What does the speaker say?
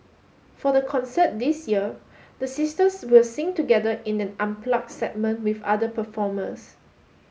for the concert this year the sisters will sing together in an unplugged segment with other performers